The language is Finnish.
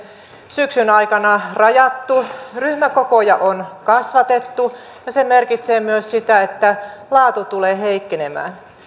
syksyn aikana rajattu ryhmäkokoja on kasvatettu ja se merkitsee myös sitä että laatu tulee heikkenemään